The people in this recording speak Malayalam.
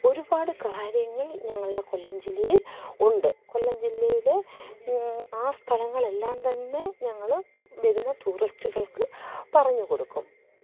ഒരുപാട് കാര്യങ്ങള് ഞങ്ങളുടെ കൊല്ലം ജില്ലയില് ഉണ്ട് കൊല്ലം ജില്ലയിൽ ആ സ്ഥലങ്ങളെല്ലാം തന്നെ ഞങ്ങൾ വരുന്ന ടൂറിസ്റ്റുകള്ക്ക് പറഞ്ഞു കൊടുക്കും